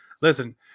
Listen